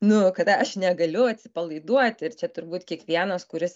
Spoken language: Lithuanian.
nu kad aš negaliu atsipalaiduoti ir čia turbūt kiekvienas kuris